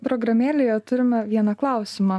programėlėje turime vieną klausimą